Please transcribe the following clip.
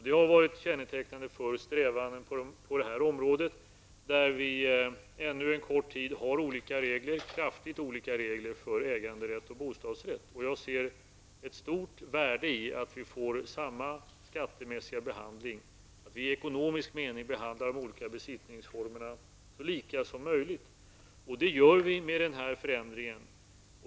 Det har varit kännetecknande för strävandena på det här området, där vi ännu en kort tid har kraftigt olika regler för äganderätt och bostadsrätt. Jag ser ett stort värde i att vi får samma skattemässiga behandling, att vi i ekonomisk mening behandlar de olika besittningsformerna så lika som möjligt. Det gör vi med den här förändringen.